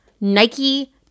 Nike